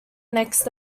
next